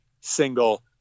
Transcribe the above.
single